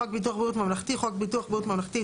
"חוק ביטוח בריאות ממלכתי" - חוק ביטוח בריאות ממלכתי,